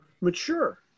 mature